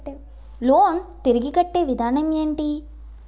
Loan తిరిగి కట్టే విధానం ఎంటి?